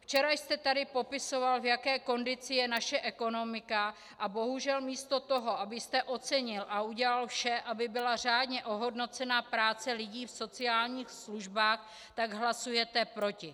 Včera jste tady popisoval, v jaké kondici je naše ekonomika, a bohužel místo toho, abyste ocenil a udělal vše, aby byla řádně ohodnocena práce lidí v sociálních službách, tak hlasujete proti.